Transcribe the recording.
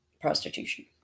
prostitution